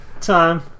time